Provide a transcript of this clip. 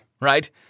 right